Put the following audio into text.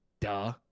Duh